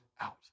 out